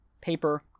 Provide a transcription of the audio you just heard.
paper